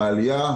מהעלייה,